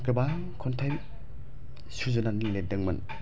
गोबां खन्थाइ सुजुनानै लिरदोंमोन